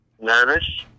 Nervous